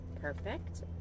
perfect